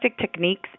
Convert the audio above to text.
techniques